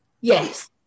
yes